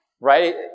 right